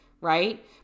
Right